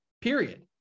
period